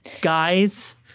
guys